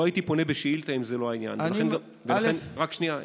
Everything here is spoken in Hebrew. לא הייתי פונה בשאילתה אם זה לא, אני, רק שנייה,